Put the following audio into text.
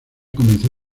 comenzó